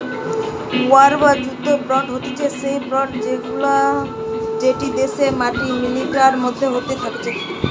war বা যুদ্ধ bond হতিছে সেই বন্ড গুলা যেটি দেশ আর মিলিটারির মধ্যে হয়ে থাকতিছে